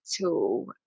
tool